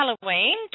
Halloween